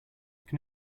can